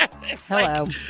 Hello